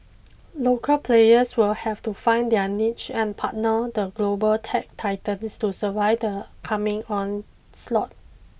local players will have to find their niche and partner the global tech titans to survive the coming onslaught